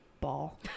ball